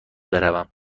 بروم